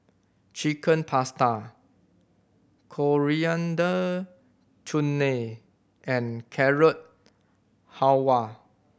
Chicken Pasta Coriander Chutney and Carrot Halwa